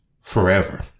forever